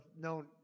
known –